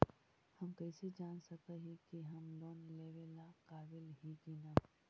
हम कईसे जान सक ही की हम लोन लेवेला काबिल ही की ना?